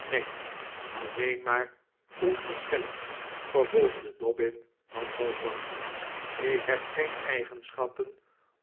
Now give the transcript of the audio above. nee alleen maar onverschillig vervolgde dobbin wanhopig ik heb geen eigenschappen